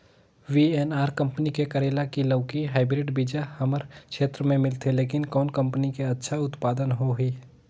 VNR company के करेला की लौकी हाईब्रिड बीजा हमर क्षेत्र मे मिलथे, लेकिन कौन कंपनी के अच्छा उत्पादन होही?